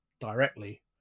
directly